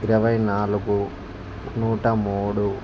ఇరవై నాలుగు నూట మూడు